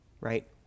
right